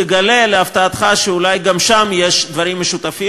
תגלה להפתעתך שאולי גם שם יש דברים משותפים.